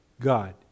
God